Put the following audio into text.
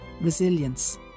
resilience